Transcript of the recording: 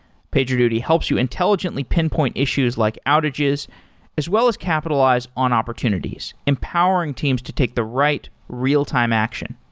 pagerduty helps you intelligently pinpoint issues like outages as well as capitalize on opportunities empowering teams to take the right real-time action.